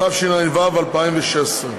התשע"ו 2016,